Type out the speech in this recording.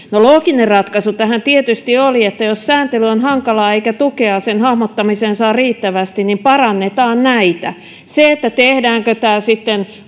no looginen ratkaisu tähän tietysti olisi että jos sääntely on hankalaa eikä tukea sen hahmottamiseen saa riittävästi niin parannetaan näitä se tehdäänkö tämä